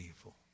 evil